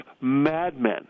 madmen